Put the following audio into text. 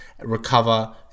recover